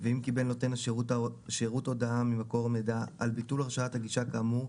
"ואם קיבל נותן השירות הודעה ממקור מידע על ביטול הרשאת הגישה כאמור,